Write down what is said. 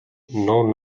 know